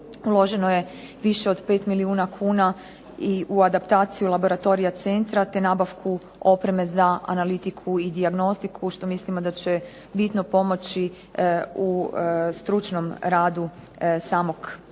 uloženo je više od 5 milijuna kuna i u adaptaciju laboratorija centra te nabavku opreme za analitiku i dijagnostiku što mislimo da će bitno pomoći u stručnom radu samog centra.